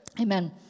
amen